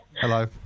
Hello